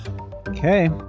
Okay